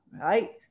right